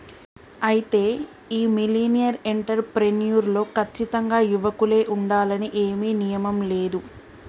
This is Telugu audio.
అయితే ఈ మిలినియల్ ఎంటర్ ప్రెన్యుర్ లో కచ్చితంగా యువకులే ఉండాలని ఏమీ నియమం లేదు